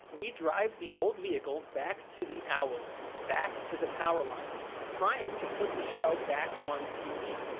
we drive the old vehicle back to the owls, back to the power lines, trying to put the show back on tv.